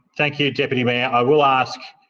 thank you, deputy mayor. i will ask